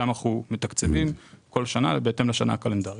שם אנחנו מתקצבים כל שנה בהתאם לשנה הקלנדרית.